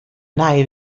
nije